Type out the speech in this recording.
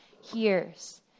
hears